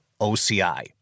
OCI